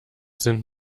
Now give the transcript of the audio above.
sind